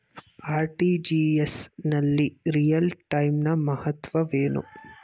RTGS ನಲ್ಲಿ real time ನ ಮಹತ್ವವೇನು?